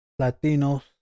Latinos